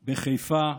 בחיפה,